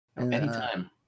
Anytime